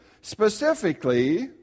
specifically